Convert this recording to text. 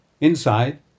Inside